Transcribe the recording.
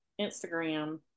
Instagram